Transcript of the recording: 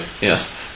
yes